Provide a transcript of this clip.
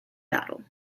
battle